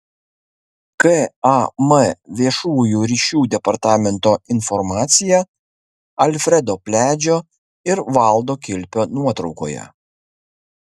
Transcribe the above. kam viešųjų ryšių departamento informacija alfredo pliadžio ir valdo kilpio nuotraukoje